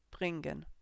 bringen